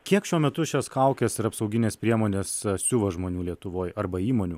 kiek šiuo metu šias kaukes ir apsaugines priemones siuvo žmonių lietuvoj arba įmonių